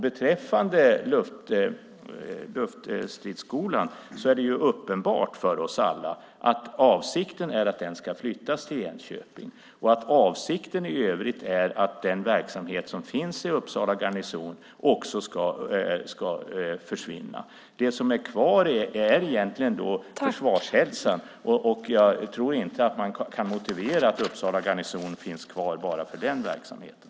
Beträffande Luftstridsskolan är det uppenbart för oss alla att avsikten är att den ska flyttas till Enköping och att avsikten i övrigt är att den verksamhet som finns vid Uppsala garnison också ska försvinna. Det som är kvar är egentligen då Försvarshälsan, och jag tror inte att man kan motivera att Uppsala garnison finns kvar bara för den verksamheten.